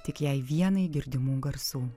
tik jai vienai girdimų garsų